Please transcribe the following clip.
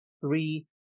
Three